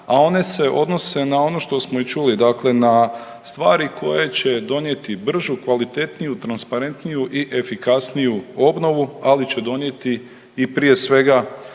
a one se odnose na ono što smo i čuli. Dakle na stvari koje će donijeti bržu, kvalitetniju, transparentniju i efikasniju obnovu, ali će donijeti i prije svega,